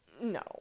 No